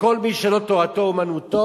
שכל מי שלא תורתו אומנותו,